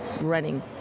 running